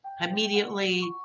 immediately